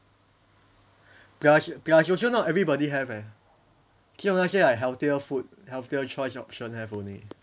plus plus also not everybody have eh 只有那些 healthier food healthier choice option have only